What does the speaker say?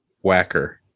whacker